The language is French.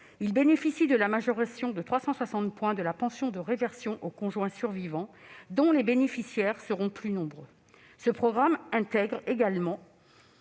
retrace la majoration de 360 points de la pension de réversion aux conjoints survivants, dont les bénéficiaires seront plus nombreux. Ce programme intègre également